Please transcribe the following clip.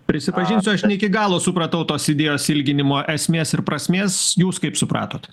prisipažinsiu aš ne iki galo supratau tos idėjos ilginimo esmės ir prasmės jūs kaip supratot